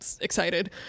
excited